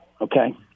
okay